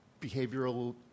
behavioral